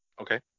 okay